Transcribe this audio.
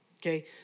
okay